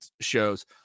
shows